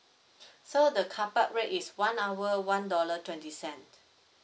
so the car park rate is one hour one dollar twenty cent